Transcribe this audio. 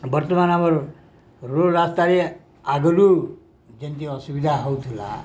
ବର୍ତ୍ତମାନ ଆମର ରୋଡ଼ ରାସ୍ତାରେ ଆଗରୁ ଯେମିତି ଅସୁବିଧା ହଉଥିଲା